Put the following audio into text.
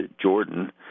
Jordan